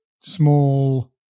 small